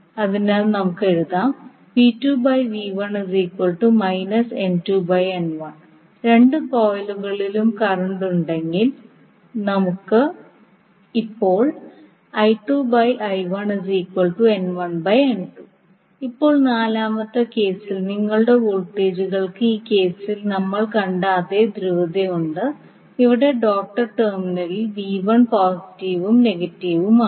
അതിനാൽനമുക്ക് എഴുതാം രണ്ട് കോയിലുകളിലും കറന്റ് ഉണ്ടെങ്കിൽ ഇപ്പോൾ ഇപ്പോൾ നാലാമത്തെ കേസിൽ നിങ്ങളുടെ വോൾട്ടേജുകൾക്ക് ഈ കേസിൽ നമ്മൾ കണ്ട അതേ ധ്രുവതയുണ്ട് ഇവിടെ ഡോട്ട്ഡ് ടെർമിനലിൽ V1 പോസിറ്റീവും നെഗറ്റീവും ആണ്